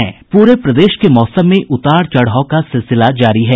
पूरे प्रदेश के मौसम में उतार चढ़ाव का सिलसिला जारी है